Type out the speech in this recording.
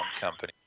company